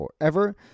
forever